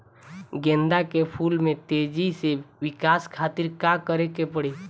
गेंदा के फूल में तेजी से विकास खातिर का करे के पड़ी?